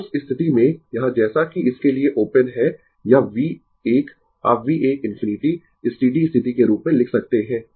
तो उस स्थिति में यहाँ जैसा कि इसके लिए ओपन है यह V 1 आप V 1 ∞ स्टीडी स्थिति के रूप में लिख सकते है